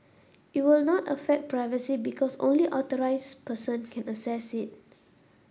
it will not affect privacy because only authorised person can access it